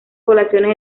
poblaciones